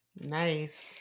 Nice